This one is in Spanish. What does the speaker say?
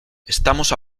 estamos